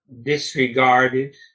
disregarded